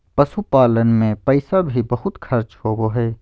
पशुपालन मे पैसा भी बहुत खर्च होवो हय